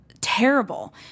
terrible